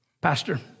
Pastor